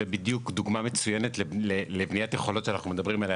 זאת בדיוק דוגמה מצוינת לבניית יכולות שאנחנו מדברים עליה,